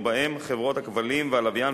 ובהם חברות הכבלים והלוויין,